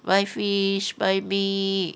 buy fish buy meat